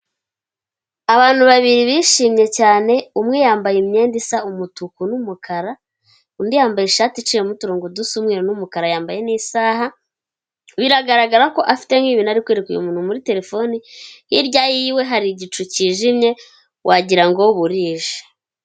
Abantu babiri bishimye cyane umwe yambaye imyenda isa umutuku n'umukara, undi yambaye ishati iciyemo uturongo dusa umwe n'umukara, yambaye n'isaha biragaragara ko afite nk'ibintu ari kwefreka uyu muntu muri telefone, hirya yiwe hari igicu cyijimye wagira ngo burije.